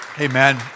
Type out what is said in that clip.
Amen